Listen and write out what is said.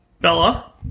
Bella